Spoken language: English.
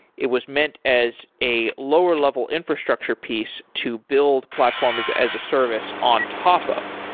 it was meant as a lower level infrastructure piece to build platform as as a service on top of,